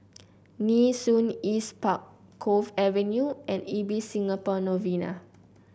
Nee Soon East Park Cove Avenue and Ibis Singapore Novena